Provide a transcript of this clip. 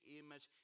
image